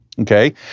Okay